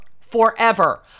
Forever